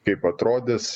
kaip atrodys